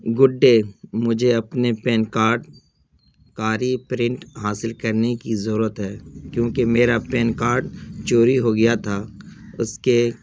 گڈے مجھے اپنے PAN card کا ریپرنٹ حاصل کرنی کی ضرورت ہے کیونکہ میرا پین کاڈ چوری ہو گیا تھا اس کے